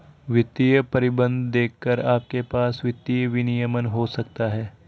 वित्तीय प्रतिबंध देखकर आपके पास वित्तीय विनियमन हो सकता है